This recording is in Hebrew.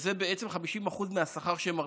שזה בעצם 50% מהשכר שהם מרוויחים.